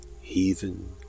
heathen